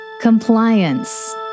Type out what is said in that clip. Compliance